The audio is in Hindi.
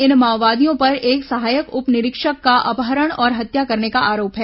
इन माओवादियों पर एक सहायक उप निरीक्षक का अपहरण और हत्या करने का आरोप है